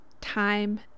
time